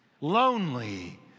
lonely